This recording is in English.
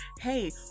hey